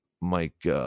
Mike